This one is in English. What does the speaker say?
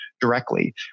directly